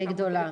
די גדולה.